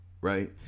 right